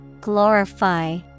Glorify